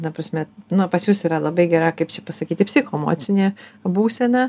ta prasme nu pas jus yra labai gera kaip čia pasakyti psichoemocinė būsena